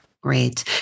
Great